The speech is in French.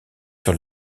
sur